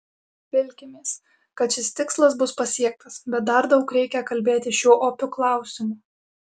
vilkimės kad šis tikslas bus pasiektas bet dar daug reikia kalbėti šiuo opiu klausimu